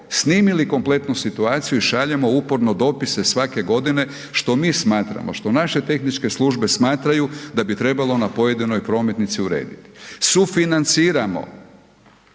snimili kompletnu situaciju i šaljemo uporno dopise svake godine što mi smatramo što naše tehničke službe smatraju da bi trebalo na pojedinoj prometnici urediti. sufinanciramo.